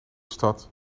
stad